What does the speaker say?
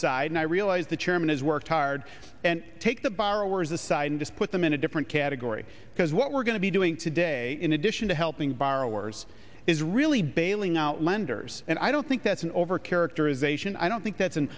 aside and i realize the chairman has worked hard and take the borrowers aside and just put them in a different category because what we're going to be doing today in addition to helping borrowers is really bailing out lenders and i don't think that's an over characterization i don't think that's an